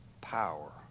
power